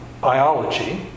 biology